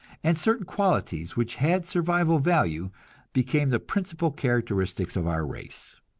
and certain qualities which had survival value became the principal characteristics of our race.